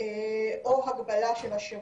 או הגבלה של השירות,